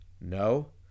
No